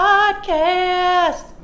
Podcast